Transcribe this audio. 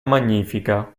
magnifica